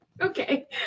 okay